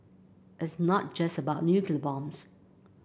it's not just about nuclear bombs